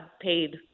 paid